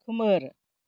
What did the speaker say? खोमोर